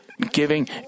giving